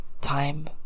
time